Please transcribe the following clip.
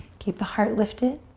keep the heart lifted.